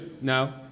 No